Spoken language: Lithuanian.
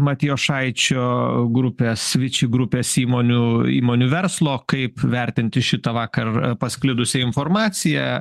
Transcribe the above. matijošaičio grupės viči grupės įmonių įmonių verslo kaip vertinti šitą vakar pasklidusi informacija